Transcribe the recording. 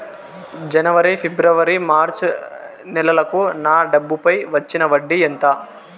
జనవరి, ఫిబ్రవరి, మార్చ్ నెలలకు నా డబ్బుపై వచ్చిన వడ్డీ ఎంత